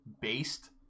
based